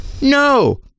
No